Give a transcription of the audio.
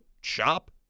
shop